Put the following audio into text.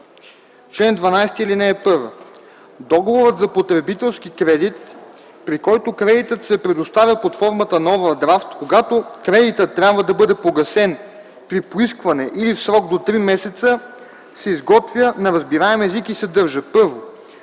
чл. 12: „Чл. 12. (1) Договорът за потребителски кредит, при който кредитът се предоставя под формата на овърдрафт, когато кредитът трябва да бъде погасен при поискване или в срок до три месеца, се изготвя на разбираем език и съдържа: 1.